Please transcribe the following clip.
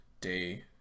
day